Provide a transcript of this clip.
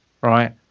right